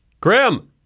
Grim